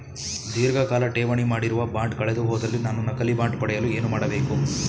ಧೀರ್ಘಕಾಲ ಠೇವಣಿ ಮಾಡಿರುವ ಬಾಂಡ್ ಕಳೆದುಹೋದಲ್ಲಿ ನಾನು ನಕಲಿ ಬಾಂಡ್ ಪಡೆಯಲು ಏನು ಮಾಡಬೇಕು?